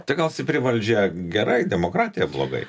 tai gal stipri valdžia gerai demokratija blogai